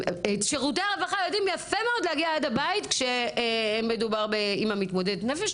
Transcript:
שירותי הרווחה יודעים יפה מאוד להגיע עד הבית כשמדובר באמא מתמודדת נפש,